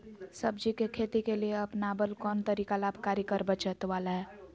सब्जी के खेती के लिए अपनाबल कोन तरीका लाभकारी कर बचत बाला है?